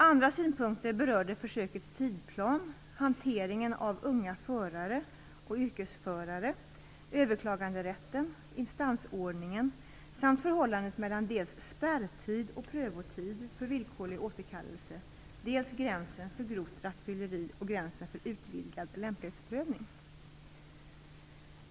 Andra synpunkter berörde försökets tidsplan, hanteringen av unga förare och yrkesförare, överklaganderätten, instansordningen samt förhållandet mellan dels spärrtid och prövotid för villkorlig återkallelse, dels gränsen för grovt rattfylleri och gränsen för utvidgad lämplighetsprövning.